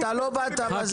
אתה לא באת בזמן,